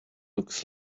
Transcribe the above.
looks